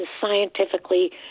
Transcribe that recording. scientifically